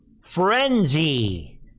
frenzy